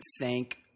thank